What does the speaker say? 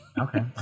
Okay